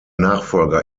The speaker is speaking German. nachfolger